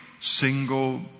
single